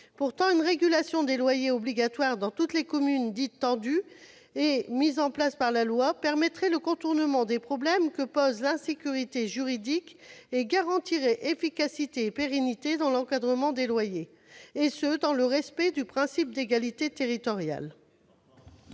Pourtant, une régulation des loyers obligatoire dans toutes les communes dites « tendues » et mise en place par la loi permettrait le contournement des problèmes que pose l'insécurité juridique et garantirait efficacité et pérennité dans l'encadrement des loyers, cela dans le respect du principe d'égalité territoriale.